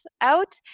out